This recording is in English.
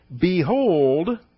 behold